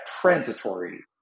transitory